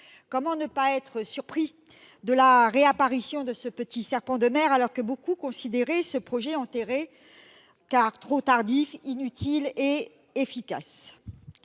Comment ne pas être surpris de la réapparition de ce petit serpent de mer, alors que beaucoup tenaient ce projet pour enterré, car trop tardif, inutile et efficace ?